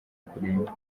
kurimba